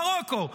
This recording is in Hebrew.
מרוקו,